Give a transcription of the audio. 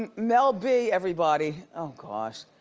and mel b, everybody, oh gosh.